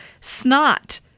snot